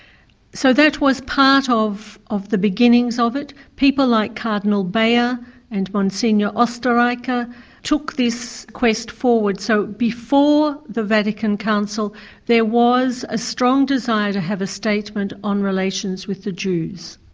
so that was part ah of of the beginnings of it. people like cardinal bayer and monsignor oesterreicher took this quest forward. so before the vatican council there was a strong desire to have a statement on relations with the jews.